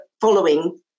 following